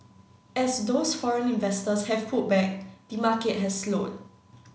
as those foreign investors have pulled back the market has slowed